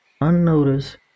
unnoticed